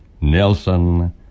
Nelson